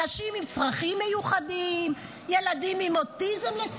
אנשים עם צרכים מיוחדים, לסייע לילדים עם אוטיזם.